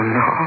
no